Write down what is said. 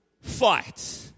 fight